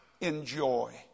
enjoy